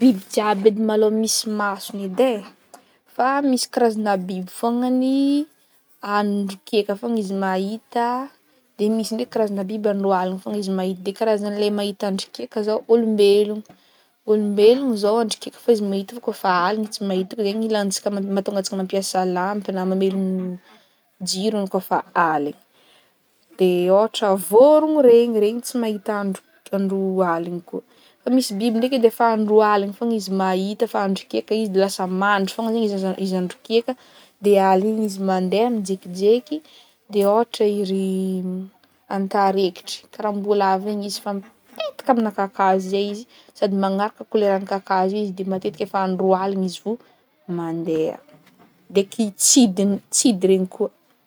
Biby jiaby edy malôha misy masony edy ai, fa misy karazana biby fognagny andro keka fogna izy mahita, dia misy ndreky karazana biby andro aligny fogna izy mahita dia karazan'ilay mahita andro keka izao olombelogno, olombelogno izao andro keka fao izy mahita kaofa aligny tsy mahita koa izay no ilantsika ma- mahatonga antsika mampiasa lampy na mamelgno jiro iny kaofa aligny, dia ôhatra vôrogno ireny, ireny tsy mahita andro- andro aligny koa, fa misy biby ndreky dia efa andro aligny fogna izy mahita fa andro keka izy dia lasa mandry fogna izaigny izy aza- izy andro keka dia aligny igny izy mandeha mijekijeky, dia ôhatra iry antarekitry, karaham-boalavo igny izy fa mipetaka amina kakazo izay izy sady magnaraka koleran'ny kakazo izy dia matetika efa andro aligny izy vao mandeha, dia kitsidintsidy ireny koa.